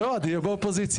ואוהד יהיה באופוזיציה.